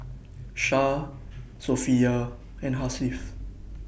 Shah Sofea and Hasif